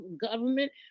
government